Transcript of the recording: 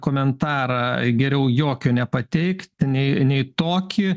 komentarą geriau jokio nepateikt nei nei tokį